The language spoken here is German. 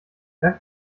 dank